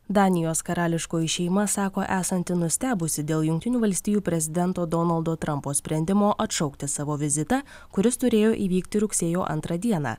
danijos karališkoji šeima sako esanti nustebusi dėl jungtinių valstijų prezidento donaldo trampo sprendimo atšaukti savo vizitą kuris turėjo įvykti rugsėjo antrą dieną